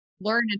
learn